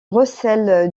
recèle